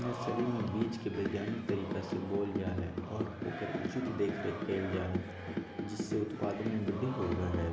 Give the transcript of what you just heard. nursery में बीज के वैज्ञानिक तरीका से बोयल जा हई और ओकर उचित देखरेख कइल जा हई जिससे उत्पादन में वृद्धि होबा हई